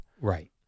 Right